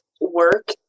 work